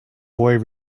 boy